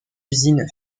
usines